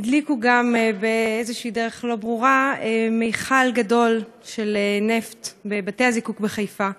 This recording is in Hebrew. הדליקו גם באיזושהי דרך לא ברורה מכל גדול של נפט בבתי-הזיקוק בחיפה.